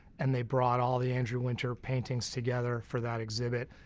and they brought all the andrew winter paintings together for that exhibit.